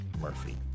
Murphy